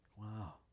wow